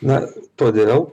na todėl